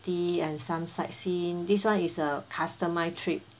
and some sightseeing this [one] is a customized trip